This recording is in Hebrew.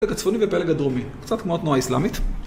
פלג הצפוני ופלג הדרומי, קצת כמו התנועה האסלאמית.